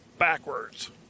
Backwards